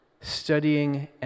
studying